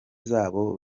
zabo